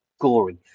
gory